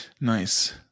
Nice